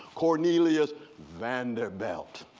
cornelius vanderbilt,